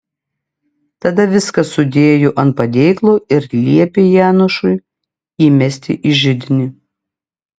tada viską sudėjo ant padėklo ir liepė janošui įmesti į židinį